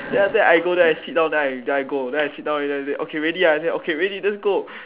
then after that I go then I sit down then I then I go then I sit down already then he say okay ready ah then I say okay ready let's go